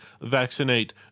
vaccinate